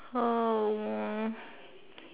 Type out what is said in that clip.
um